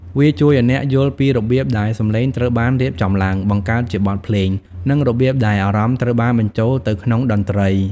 វាជួយអ្នកឱ្យយល់ពីរបៀបដែលសំឡេងត្រូវបានរៀបចំឡើង បង្កើតជាបទភ្លេង និងរបៀបដែលអារម្មណ៍ត្រូវបានបញ្ចូលទៅក្នុងតន្ត្រី។